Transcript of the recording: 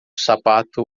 sapato